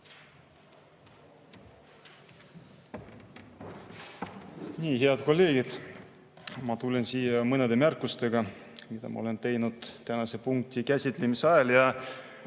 Head kolleegid! Ma tulen siia mõne märkusega, mida ma olen teinud selle punkti käsitlemise ajal.